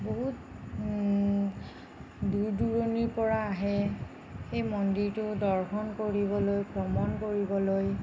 বহুত দূৰ দূৰণিৰ পৰা আহে সেই মন্দিৰটো দৰ্শন কৰিবলৈ ভ্ৰমণ কৰিবলৈ